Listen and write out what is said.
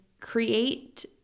create